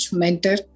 mentor